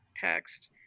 text